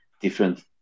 different